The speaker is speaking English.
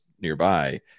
nearby